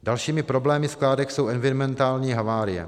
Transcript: Dalšími problémy skládek jsou environmentální havárie.